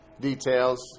details